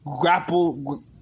grapple